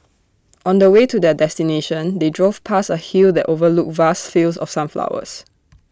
on the way to their destination they drove past A hill that overlooked vast fields of sunflowers